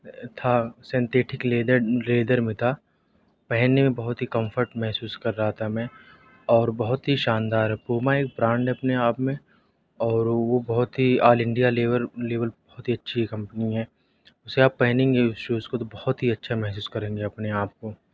تھا synthetic leather leather میں تھا پہننے میں بہت ہی کمفرٹ محسوس کر رہا تھا میں اور بہت ہی شاندار پوما ایک برانڈ ہے اپنے آپ میں اور وہ بہت ہی آل انڈیا لیول لیول بہت ہی اچھی کمپنی ہے اسے آپ پہنیں گے شوز کو تو بہت ہی اچھا محسوس کریں گے اپنے آپ کو